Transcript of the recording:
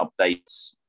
updates